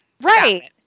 Right